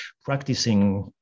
practicing